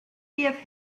give